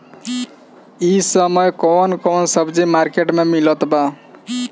इह समय कउन कउन सब्जी मर्केट में मिलत बा?